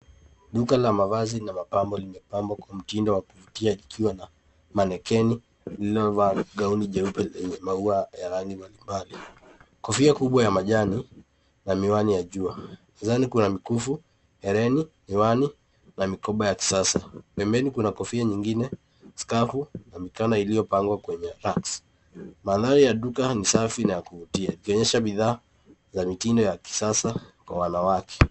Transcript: Duka la mavazi na mapambo limepambwa kwa mtindo wa kuvutia na manekeni iliyovaa gauni cheupe lenye maua ya rangi mbali mbali. Kofia kubwa ya majani na miwani ya jua. Mezani kuna mkufu, hereni, miwani na mikoba ya kisasa. Pembeni kuna kofia nyingine, skafu na mikono iliyopangwa kwenye racks . Mandhari ya duka ni safi na ya kuvutia yakionyesha bidhaa ya mtindo wa kisasa kwa wanawake.